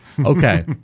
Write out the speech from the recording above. Okay